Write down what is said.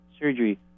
surgery